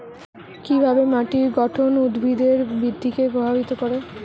কিভাবে মাটির গঠন উদ্ভিদের বৃদ্ধিকে প্রভাবিত করে?